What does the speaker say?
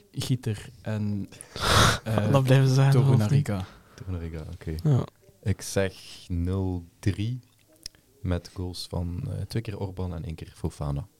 Gieter en, eh, Dat blijven ze zeggen, en Torunarigha. of niet? Torunarigha, oké. Ja. Ik zeg 0-3 met goals van, eh, twee keer Orban en één keer Fofana.